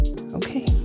Okay